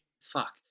fuck